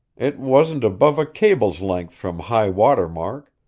it wasn't above a cable's-length from high-water mark,